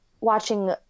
watching